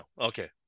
Okay